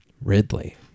Ridley